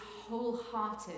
wholehearted